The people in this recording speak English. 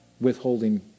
withholding